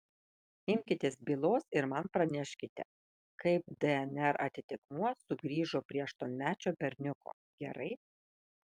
imkitės bylos ir man praneškite kaip dnr atitikmuo sugrįžo prie aštuonmečio berniuko gerai